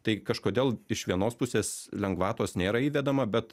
tai kažkodėl iš vienos pusės lengvatos nėra įvedama bet